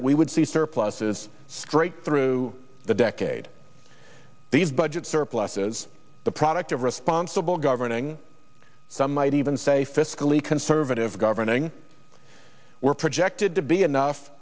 that we would see surpluses straight through the decade these budget surpluses the product of responsible governing some might even say fiscally conservative governing were projected to be enough